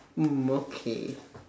mm okay